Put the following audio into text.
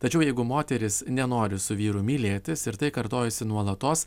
tačiau jeigu moteris nenori su vyru mylėtis ir tai kartojasi nuolatos